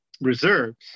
reserves